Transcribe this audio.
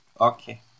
Okay